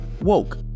Woke